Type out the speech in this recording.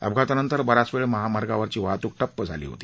अपघातानंतर बराच वेळ महामार्गावरील वाहतूक ठप्प झाली होती